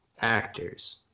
actors